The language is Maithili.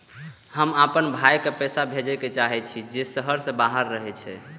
हम आपन भाई के पैसा भेजे के चाहि छी जे शहर के बाहर रहे छै